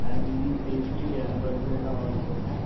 madam ji pastry ऐ burger ऐ होर बी